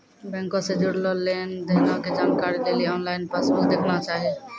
बैंको से जुड़लो लेन देनो के जानकारी लेली आनलाइन पासबुक देखना चाही